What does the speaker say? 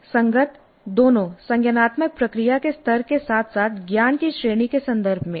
संगत दोनों संज्ञानात्मक प्रक्रिया के स्तर के साथ साथ ज्ञान की श्रेणी के संदर्भ में